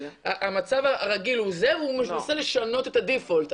המצב הרגיל הוא זה והוא מנסה לשנות את הדיפולט,